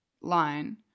line